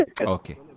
Okay